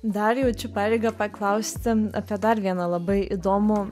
dar jaučiu pareigą paklausti apie dar vieną labai įdomų